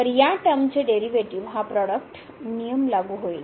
तर या टर्मचे डेरीवेटीव हा प्रोडक्ट नियम लागू होईल